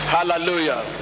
Hallelujah